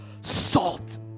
Salt